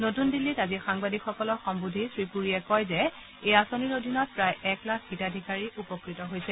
নতূন দিল্লীত সাংবাদিকসকলক সম্বোধি শ্ৰীপূৰীয়ে কয় যে এই আঁচনিৰ অধীনত প্ৰায় এক লাখ হিতাধিকাৰী উপকৃত হৈছে